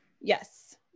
Yes